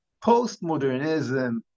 postmodernism